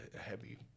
heavy